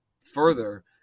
further